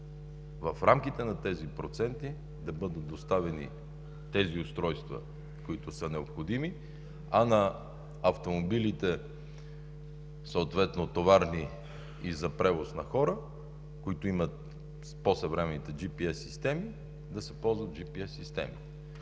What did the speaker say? в рамките на тези проценти да бъдат доставени тези устройства, които са необходими, а на автомобилите – товарни и за превоз на хора, които имат по-съвременните GPS системи, да се ползват GPS системи.